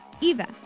Eva